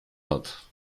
hat